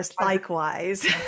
likewise